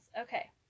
Okay